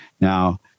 Now